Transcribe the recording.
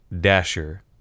Dasher